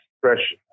fresh